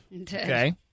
Okay